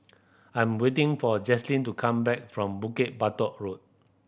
I'm waiting for Jazlene to come back from Bukit Batok Road